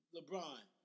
LeBron